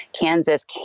Kansas